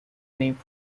name